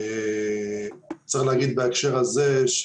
צריך להגיד בהקשר הזה,